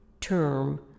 term